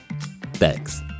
Thanks